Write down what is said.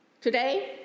today